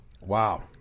Wow